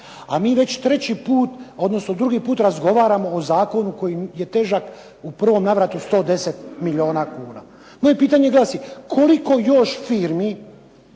a mi već treći puta odnosno drugi put razgovaramo o Zakonu koji je težak u prvom navratu 110 milijuna kuna. Moje pitanje glasi koliko još firmi